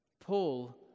Paul